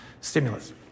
stimulus